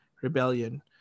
rebellion